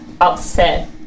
upset